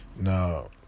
Now